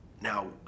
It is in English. Now